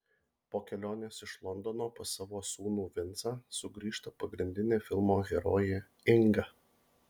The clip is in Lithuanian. po kelionės iš londono pas savo sūnų vincą sugrįžta pagrindinė filmo herojė inga